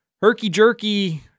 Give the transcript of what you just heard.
herky-jerky